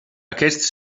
aquests